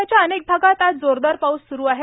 राज्याच्या अनेकभागात आज जोरदार पाऊस स्रू आहे